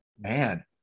man